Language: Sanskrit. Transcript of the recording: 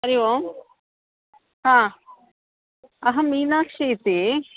हरिः ओम् हा अहं मीनाक्षी इति